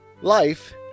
Life